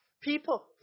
People